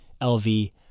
LV